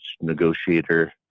negotiator